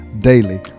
Daily